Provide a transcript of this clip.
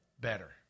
better